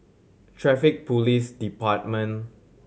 Traffic Police Department